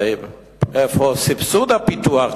איפה סבסוד הפיתוח,